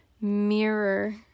mirror